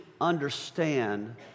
understand